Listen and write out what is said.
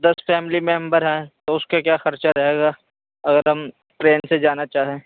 دس family member ہیں تو اس کے کیا خرچہ رہے گا اگر ہم ٹرین سے جانا چاہیں